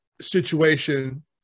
situation